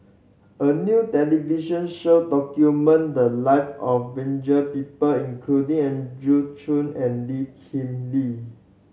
a new television show documented the live of people including Andrew Chew and Lee Kip Lee